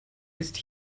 ist